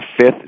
fifth